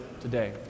today